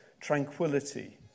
tranquility